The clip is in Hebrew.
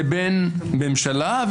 לבין ממשלה.